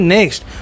Next